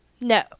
No